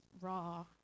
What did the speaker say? raw